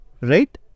right